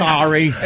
Sorry